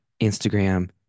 Instagram